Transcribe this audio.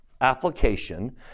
application